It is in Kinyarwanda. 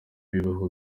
bibaho